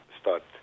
start